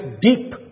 deep